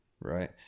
Right